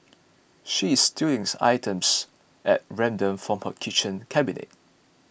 she's stealing items at random from her kitchen cabinet